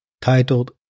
titled